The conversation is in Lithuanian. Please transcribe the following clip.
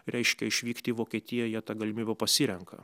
reiškia išvykti į vokietiją jie tą galimybę pasirenka